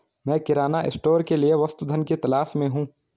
मैं किराना स्टोर के लिए वस्तु धन की तलाश में हूं